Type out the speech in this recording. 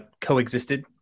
coexisted